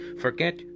Forget